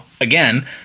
again